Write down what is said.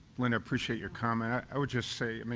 linda, appreciate your comment, i i would just say, i mean